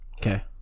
Okay